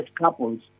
couples